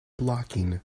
blocking